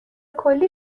کلی